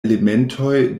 elementoj